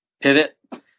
pivot